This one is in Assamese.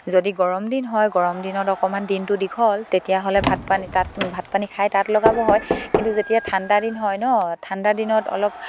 যদি গৰম দিন হয় গৰম দিনত অকমান দিনটো দীঘল তেতিয়াহ'লে ভাত পানী তাঁত ভাত পানী খাই তাঁত লগাব হয় কিন্তু যেতিয়া ঠাণ্ডা দিন হয় ন ঠাণ্ডা দিনত অলপ